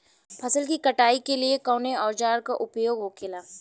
फसल की कटाई के लिए कवने औजार को उपयोग हो खेला?